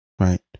right